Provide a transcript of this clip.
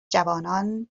جوانان